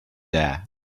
there